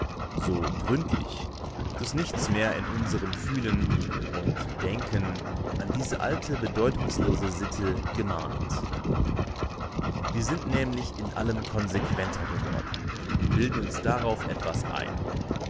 so gründlich daß nichts mehr in unserem fühlen und denken an diese alte bedeutungslose sitte gemahnt wir sind nämlich in allem konsequenter geworden und bilden uns darauf etwas ein